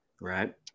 Right